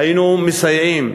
היינו מסייעים.